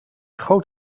goot